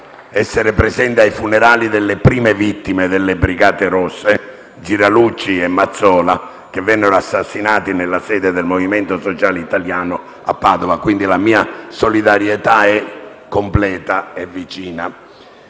essere presente ai funerali delle prime vittime delle Brigate Rosse, Giralucci e Mazzola, che vennero assassinati nella sede del Movimento Sociale Italiano a Padova. La mia solidarietà è quindi completa e vicina.